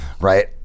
right